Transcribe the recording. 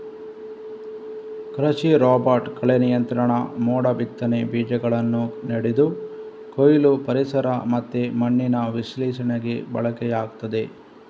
ಕೃಷಿ ರೋಬೋಟ್ ಕಳೆ ನಿಯಂತ್ರಣ, ಮೋಡ ಬಿತ್ತನೆ, ಬೀಜಗಳನ್ನ ನೆಡುದು, ಕೊಯ್ಲು, ಪರಿಸರ ಮತ್ತೆ ಮಣ್ಣಿನ ವಿಶ್ಲೇಷಣೆಗೆ ಬಳಕೆಯಾಗ್ತದೆ